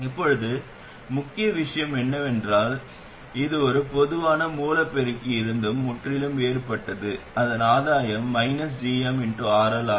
இப்போது முக்கிய விஷயம் என்னவென்றால் இது ஒரு பொதுவான மூல பெருக்கியில் இருந்து முற்றிலும் வேறுபட்டது அதன் ஆதாயம் gmRL ஆகும்